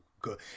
good